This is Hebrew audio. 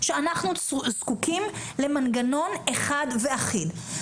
שאנחנו זקוקים למנגנון אחד ואחיד.